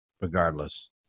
regardless